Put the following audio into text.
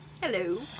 Hello